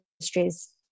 industries